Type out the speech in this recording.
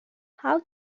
how